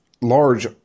large